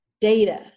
data